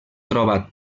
trobat